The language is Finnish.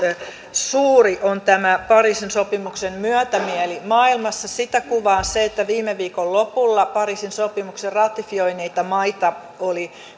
suuri on tämä pariisin sopimuksen myötämieli maailmassa kuvaa se että viime viikon lopulla pariisin sopimuksen ratifioineita maita oli